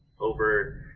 over